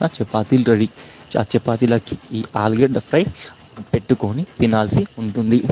చపాతీలు రెడీ చపాతీల్లోకి ఈ ఆలుగడ్డ ఫ్రై పెట్టుకొని తినాల్సి ఉంటుంది